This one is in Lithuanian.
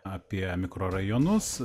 apie mikrorajonus